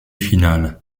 finales